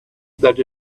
that